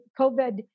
COVID